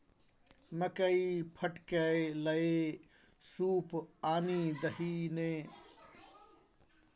मकई फटकै लए सूप आनि दही ने